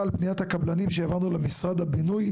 על פניית הקבלים שהעברנו למשרד הבינוי,